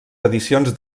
edicions